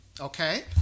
okay